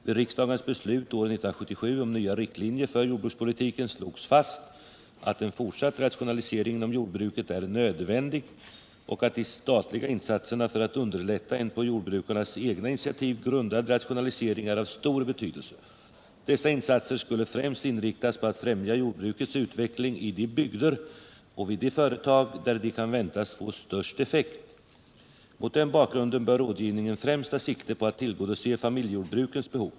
Vid riksdagens beslut år 1977 om nya riktlinjer för jordbrukspolitiken slogs fast att en fortsatt rationalisering inom jordbruket är nödvändig och att de statliga insatserna för att underlätta en på jordbrukarnas egna initiativ grundad rationalisering är av stor betydelse. Dessa insatser skulle främst inriktas på att främja jordbrukets utveckling i de bygder och vid de företag där de kan väntas få störst effekt. Mot den bakgrunden bör rådgivningen främst ta sikte på att tillgodose familjejordbrukens behov.